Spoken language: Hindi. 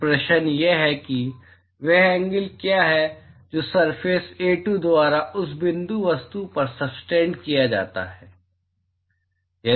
तो प्रश्न यह है कि वह एंगल क्या है जो इस सरफेस A2 द्वारा उस बिंदु वस्तु पर सबटेन्ड किया जाता है